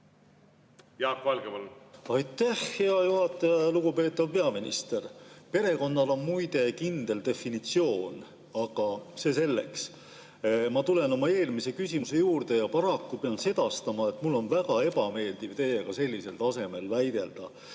Jaak Valge, palun! Aitäh, hea juhataja! Lugupeetav peaminister! Perekonnal on muide kindel definitsioon, aga see selleks. Ma tulen oma eelmise küsimuse juurde ja pean paraku sedastama, et mul on väga ebameeldiv teiega sellisel tasemel väidelda.